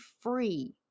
free